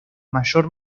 mayor